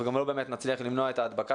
אנחנו גם לא באמת נצליח למנוע את ההדבקה